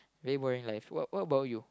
very boring life what what about you